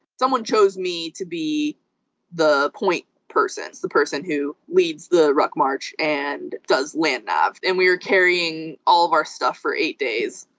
someone chose me to be the point person, the person who leads the rock march and does land-nav and we were carrying all of our stuff for eight days,